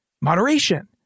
moderation